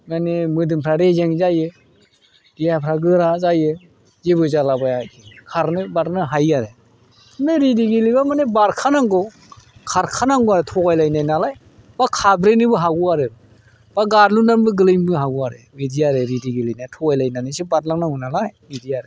माने मोदोमफ्रा रेजें जायो देहाफ्रा गोरा जायो जेबो जालाबाया खारनो बारनो हायो आरो बे रेडि गेलेबा माने बारखानांगौ खारखानांगौ आरो थगायलायनाय नालाय बा खाब्रेनोबो हागौ आरो बा गारलुनाबो गोलैनोबो हागौ आरो बिदि आरो रेडि गेलेनाया थगायलायनानैसो बारलांनांगौ नालाय बिदि आरो